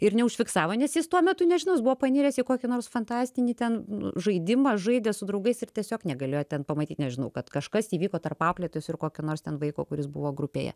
ir neužfiksavo nes jis tuo metu nežinau jis buvo paniręs į kokį nors fantastinį ten nu žaidimą žaidė su draugais ir tiesiog negalėjo ten pamatyt nežinau kad kažkas įvyko tarp auklėtojos ir kokio nors ten vaiko kuris buvo grupėje